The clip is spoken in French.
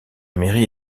mairie